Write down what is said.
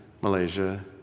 Malaysia